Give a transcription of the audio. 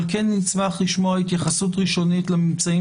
אבל כן נשמח לשמוע התייחסות ראשונית לממצאים